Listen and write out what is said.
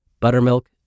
buttermilk